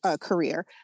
Career